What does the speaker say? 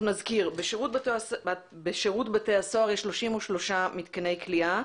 אנחנו נזכיר שבשירות בתי הסוהר יש 33 מתקני כליאה,